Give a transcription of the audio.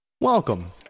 Welcome